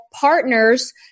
partners